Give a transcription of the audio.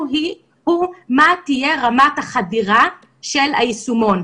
הוא מה תהיה רמת החדירה של היישומון.